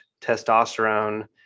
testosterone